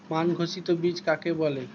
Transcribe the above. মান ঘোষিত বীজ কাকে বলে?